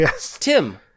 Tim